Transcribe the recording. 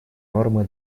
нормы